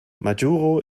majuro